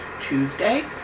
Tuesday